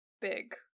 big